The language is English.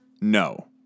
No